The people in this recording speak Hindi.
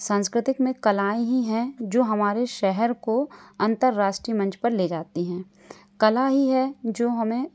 सांस्कृतिक में कलाएँ ही है जो हमारे शहर को अंतरराष्ट्रीय मंच पर ले जाते हैं कला ही है जो हमें